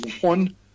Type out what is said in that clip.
one